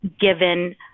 given